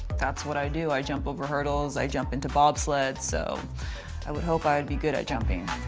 that's what i do. i jump over hurdles. i jump into bobsleds, so i would hope i would be good at jumping.